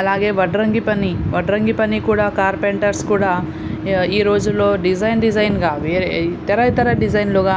అలాగే వడ్రంగి పని వడ్రంగి పని కుడా కార్పెంటర్స్ కూడా ఈ రోజుల్లో డిజైన్ డిజైన్గా వేరే ఇతర ఇతర డిజైన్లుగా